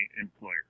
employer